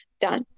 done